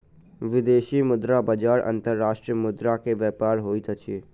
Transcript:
विदेशी मुद्रा बजार अंतर्राष्ट्रीय मुद्रा के व्यापार होइत अछि